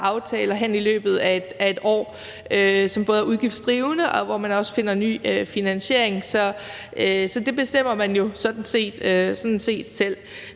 aftaler i løbet af et år, som er udgiftsdrivende, og hvor man også finder ny finansiering. Så det bestemmer man jo sådan set selv.